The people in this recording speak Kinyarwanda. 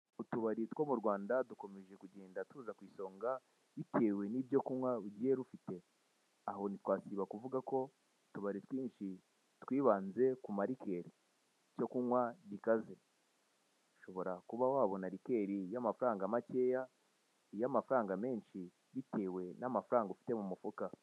Utubari two mu Rwanda dukomeje kugenda tuza ku isonga bitewe n'ibyo kunywa rugiye rufite aho, ni twasibakuvuga ko utubari twinshi twibanze kuma rikeri icyo kunkwa gikaze ushobora kuba wabona rikeri y'amafaranga makeya, iya mafaranga menshi bitewe n'amafaranga ufite mu mufuka.